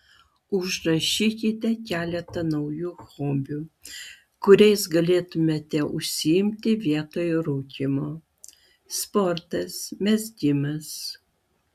užrašykite keletą naujų hobių kuriais galėtumėte užsiimti vietoj rūkymo sportas mezgimas